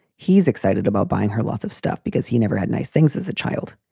he's excited about buying her lots of stuff because he never had nice things as a child,